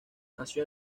nació